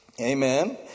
Amen